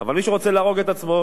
אבל מי שרוצה להרוג את עצמו,